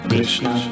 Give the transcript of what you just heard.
Krishna